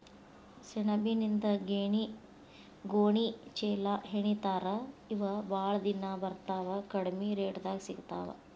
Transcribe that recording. ಸೆಣಬಿನಿಂದ ಗೋಣಿ ಚೇಲಾಹೆಣಿತಾರ ಇವ ಬಾಳ ದಿನಾ ಬರತಾವ ಕಡಮಿ ರೇಟದಾಗ ಸಿಗತಾವ